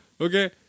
okay